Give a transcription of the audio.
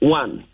one